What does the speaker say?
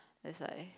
there's a